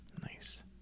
Nice